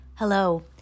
Hello